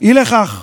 אי לכך,